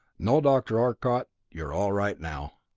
no, dr. arcot, you're all right now.